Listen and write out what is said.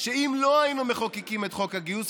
שאם לא היינו מחוקקים את חוק הגיוס,